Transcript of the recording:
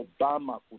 Obama